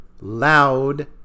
loud